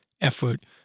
effort